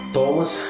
Thomas